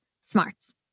smarts